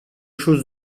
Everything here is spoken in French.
chose